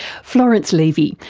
florence levy,